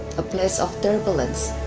a place of turbulence,